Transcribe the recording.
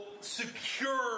secure